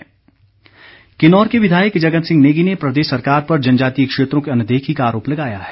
जगत नेगी किन्नौर के विधायक जगत सिंह नेगी ने प्रदेश सरकार पर जनजातीय क्षेत्रों की अनदेखी का आरोप लगाया है